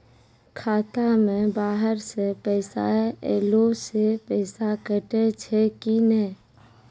खाता मे बाहर से पैसा ऐलो से पैसा कटै छै कि नै?